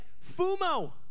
FUMO